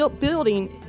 building